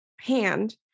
hand